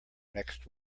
next